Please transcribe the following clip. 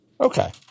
Okay